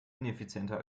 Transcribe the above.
ineffizienter